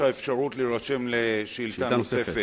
אפשרות להירשם לשאלה נוספת.